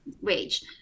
wage